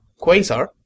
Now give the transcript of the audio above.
quasar